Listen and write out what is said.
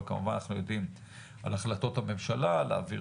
אבל כמובן אנחנו יודעים על החלטות הממשלה להעביר